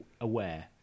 Aware